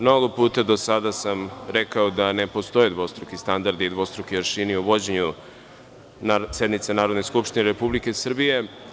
Mnogo puta do sada sam rekao da ne postoje dvostruki standardi i dvostruki aršini u vođenju sednica Narodne skupštine Republike Srbije.